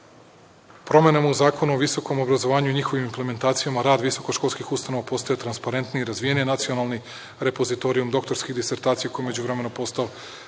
u Zakonu o visokom obrazovanju i njihovim implementacijama rad visoko školskih ustanova postaje transparentniji. Razvijen je nacionalni repozitorijum doktorskih disertacija, koji je u međuvremenu postao